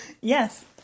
Yes